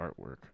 artwork